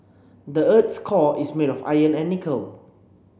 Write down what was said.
the earth's core is made of iron and nickel